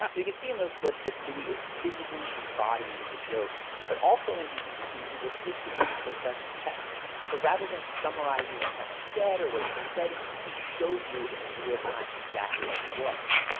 you can see in those clips that louis is physically embodying the joke but also, when he's speaking, he will take you into the present text so rather than summarizing what someone said or what he said, he shows you, in real time, exactly as it was.